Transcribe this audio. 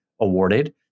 awarded